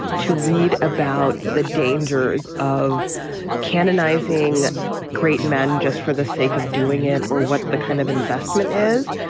to read about the dangers of canonizing great men just for the sake of doing it or what the kind of investment is,